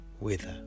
wither